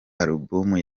alubumu